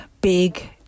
big